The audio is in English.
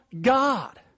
God